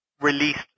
released